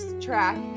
track